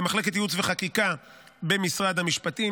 למחלקת ייעוץ וחקיקה במשרד המשפטים,